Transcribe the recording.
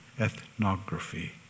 Ethnography